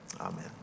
Amen